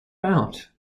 found